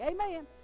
Amen